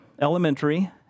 Elementary